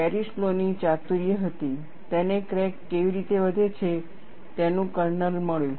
Paris law ની ચાતુર્ય હતી તેને ક્રેક કેવી રીતે વધે છે તેનું કર્નલ મળ્યું